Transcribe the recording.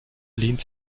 lehnt